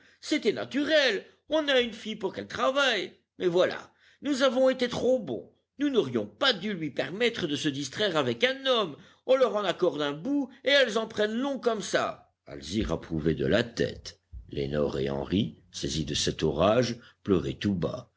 c'était naturel on a une fille pour qu'elle travaille mais voilà nous avons été trop bons nous n'aurions pas dû lui permettre de se distraire avec un homme on leur en accorde un bout et elles en prennent long comme ça alzire approuvait de la tête lénore et henri saisis de cet orage pleuraient tout bas